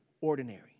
ordinary